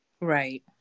right